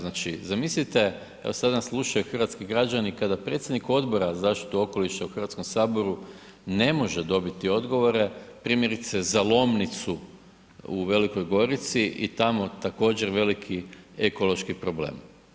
Znači, zamislite evo sad nas slušaju hrvatski građani, kada predsjednik Odbora za zaštitu okoliša u Hrvatskom saboru ne može dobiti odgovore, primjerice za Lomnicu u Velikoj Gorici i tamo također veliki ekološki problem.